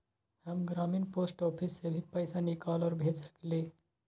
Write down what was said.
हम ग्रामीण post office से भी पैसा निकाल और भेज सकेली?